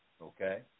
okay